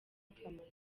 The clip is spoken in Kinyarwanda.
akamaro